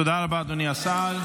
תודה רבה, אדוני השר.